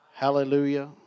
Hallelujah